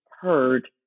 heard